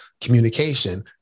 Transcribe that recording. communication